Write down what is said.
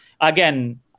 again